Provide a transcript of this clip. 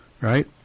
right